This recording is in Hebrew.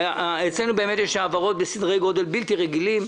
אצלנו יש העברות כספים בהיקפים בלתי-רגילים,